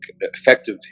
effective